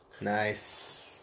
Nice